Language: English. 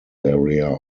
area